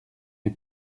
les